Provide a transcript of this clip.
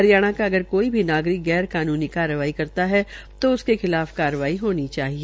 हरियाणा का अगर कोई भी नागरिक गैर कानूनी कार्रवाई करता है तो उसके खिलाफ कार्रवाई होनी चाहिए